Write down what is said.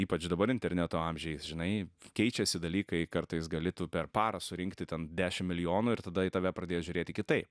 ypač dabar internetu amžiais žinai keičiasi dalykai kartais gali tu per parą surinkti ten dešim milijonų ir tada į tave pradės žiūrėti kitaip